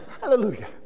hallelujah